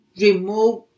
remove